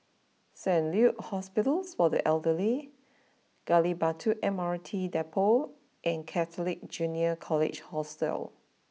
Saint Luke's Hospital for the Elderly Gali Batu M R T Depot and Catholic Junior College Hostel